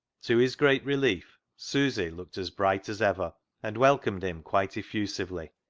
to his great relief, susy looked as bright as ever, and welcomed him quite effusively.